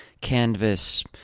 canvas